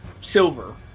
silver